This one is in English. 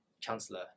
chancellor